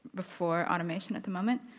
before automation at the moment.